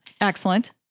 excellent